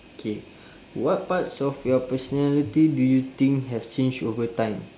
K what parts of your personality do you think have changed over time